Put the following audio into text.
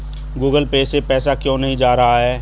Google Pay से पैसा क्यों नहीं जा रहा है?